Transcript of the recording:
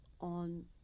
on